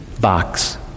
box